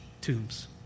tombs